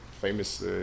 famous